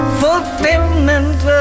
fulfillment